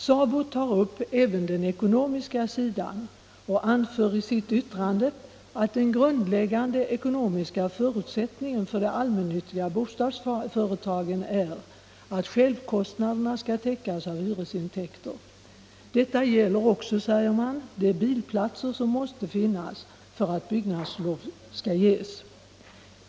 SABO tar upp även den ekonomiska sidan och anför i sitt yttrande att den grundläggande ekonomiska förutsättningen för de allmännyttiga bostadsföretagen är att självkostnaderna skall täckas av hyresintäkter. Detta gäller också, säger man, de bilplatser som måste finnas för att byggnadslov skall ges.